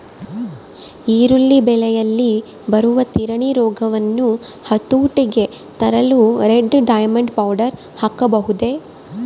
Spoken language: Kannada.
ಈರುಳ್ಳಿ ಬೆಳೆಯಲ್ಲಿ ಬರುವ ತಿರಣಿ ರೋಗವನ್ನು ಹತೋಟಿಗೆ ತರಲು ರೆಡ್ ಡೈಮಂಡ್ ಪೌಡರ್ ಹಾಕಬಹುದೇ?